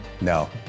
No